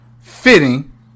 fitting